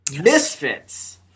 Misfits